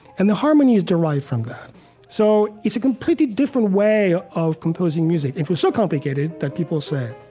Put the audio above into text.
and the harmony is derived from that so, it's a completely different way of composing music. it was so complicated that people said,